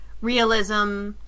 realism